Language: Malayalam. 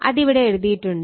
അതിവിടെ എഴുതിയിട്ടുണ്ട്